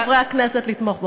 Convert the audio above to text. מכל חברי הכנסת לתמוך בחוק.